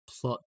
plot